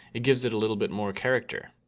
it gives it a little bit more character.